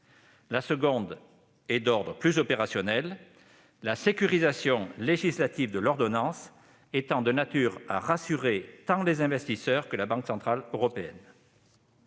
La seconde est d'ordre plus opérationnel, la sécurisation législative de l'ordonnance étant de nature à rassurer tant les investisseurs que la Banque centrale européenne.